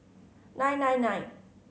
nine nine nine